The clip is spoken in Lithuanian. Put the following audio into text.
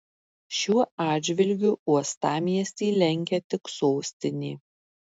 šiuo atžvilgiu uostamiestį lenkia tik sostinė